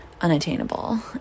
unattainable